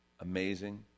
amazing